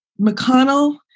McConnell